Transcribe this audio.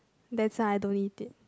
that's I don't eat it